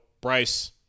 Bryce